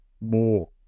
more